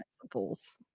principles